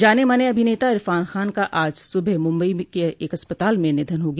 जाने माने अभिनेता इरफान खान का आज सुबह मुंबई के एक अस्पताल में निधन हो गया